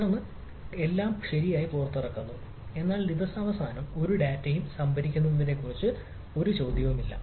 തുടർന്ന് കാര്യം ശരിയായി പുറത്തിറക്കുക എന്നാൽ ദിവസാവസാനം ഒരു ഡാറ്റയും സംഭരിക്കുന്നതിനെക്കുറിച്ച് ഒരു ചോദ്യവുമില്ല